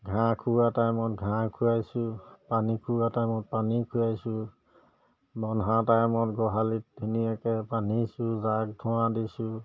ঘাঁহ খুওৱা টাইমত ঘাঁহ খুৱাইছোঁ পানী খুওৱা টাইমত পানী খুৱাইছোঁ বন্ধা টাইমত গোহালিত ধুনীয়াকৈ বান্ধিছোঁ জাক ধোঁৱা দিছোঁ